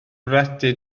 bwriadu